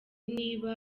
niba